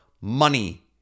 money